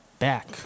Back